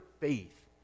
faith